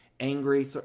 angry